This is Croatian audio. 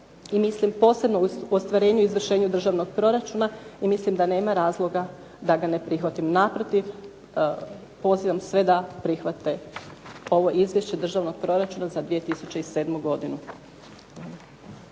mislim posebno u ostvarenju izvršenju državnog proračuna i mislim da nema razloga da ga ne prihvatim. Naprotiv, pozivam sve da prihvate ovo Izvješće Državnog proračuna za 2007. godinu.